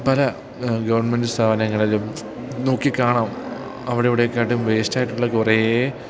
പല ഗവൺമെൻറ് സ്ഥാപനങ്ങളിലും നോക്കി കാണാം അവിടെ ഇവിടെയൊക്കെയായിട്ടും വേസ്റ്റായിട്ടുള്ള കുറേ